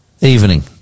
evening